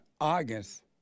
August